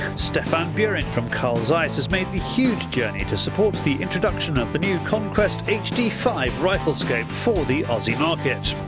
stefan buehring from carl zeiss has made the huge journey to support the introduction of the new conquest h d five riflescope for the aussie market.